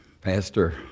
Pastor